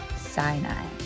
Sinai